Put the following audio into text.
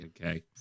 okay